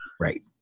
Right